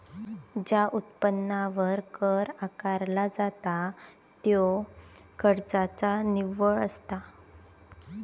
ज्या उत्पन्नावर कर आकारला जाता त्यो खर्चाचा निव्वळ असता